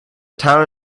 town